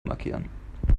markieren